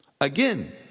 Again